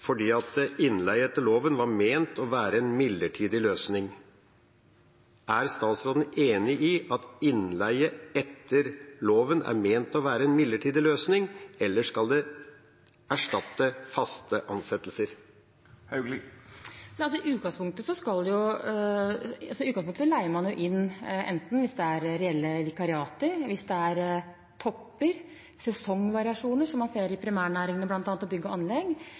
fordi innleie etter loven var ment å være en midlertidig løsning. Er statsråden enig i at innleie etter loven er ment å være en midlertidig løsning, eller skal det erstatte faste ansettelser? I utgangspunktet leier man inn enten hvis det er reelle vikariater, eller hvis det er topper og sesongvariasjoner, som man bl.a. ser i primærnæringene og bygg og anlegg.